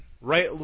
right